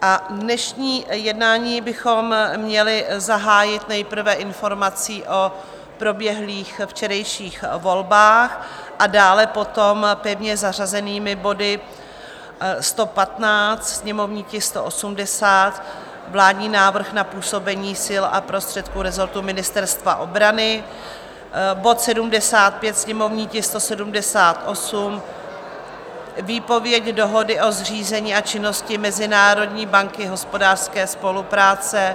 A dnešní jednání bychom měli zahájit nejprve informací o proběhlých včerejších volbách a dále potom pevně zařazenými body 115, sněmovní tisk 180 vládní návrh na působení sil a prostředků resortu Ministerstva obrany, bod 75, sněmovní tisk 178 výpověď Dohody o zřízení a činnosti Mezinárodní banky hospodářské spolupráce...